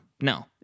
no